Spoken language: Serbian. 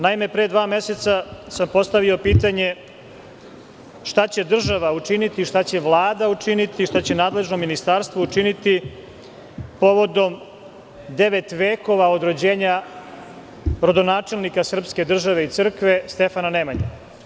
Naime, pre dva meseca sam postavio pitanje – šta će država učiniti, šta će Vlada učiniti, šta će nadležno ministarstvo učiniti povodom devet vekova od rođenja rodonačelnika srpske države i crkve, Stefana Nemanje?